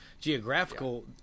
geographical